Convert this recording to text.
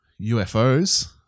UFOs